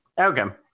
okay